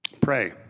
Pray